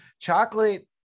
chocolate